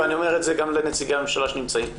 ואני אומר את זה גם לנציגי הממשלה שנמצאים פה.